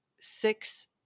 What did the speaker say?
six